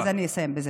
אז אני אסיים בזה.